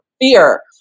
fear